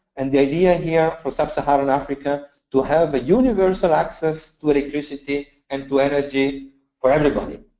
and the idea here for sub-saharan africa to have a universal access to electricity and to energy for everybody.